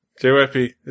JYP